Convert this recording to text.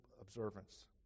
observance